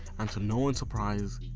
and to no ones surprise,